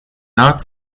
not